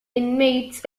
inmates